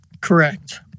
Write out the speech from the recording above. Correct